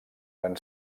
van